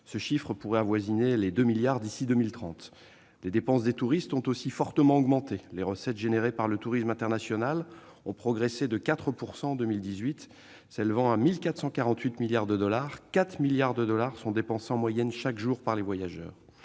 Ce chiffre pourrait avoisiner les 2 milliards d'ici à 2030. Les dépenses des touristes ont aussi fortement augmenté. Les recettes engrangées par le tourisme international ont progressé de 4 % en 2018, s'élevant à 1 448 milliards de dollars ; ainsi, 4 milliards de dollars sont dépensés en moyenne chaque jour par les voyageurs.